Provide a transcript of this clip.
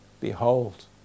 Behold